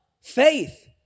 faith